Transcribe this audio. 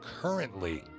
currently